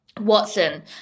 Watson